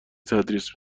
تدریس